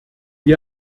wie